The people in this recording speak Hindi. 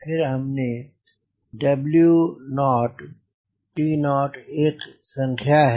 फिर हमने कहा T0 एक संख्या है